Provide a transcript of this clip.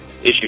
Issue